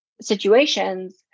situations